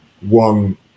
one